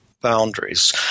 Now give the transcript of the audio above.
boundaries